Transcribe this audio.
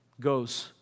goes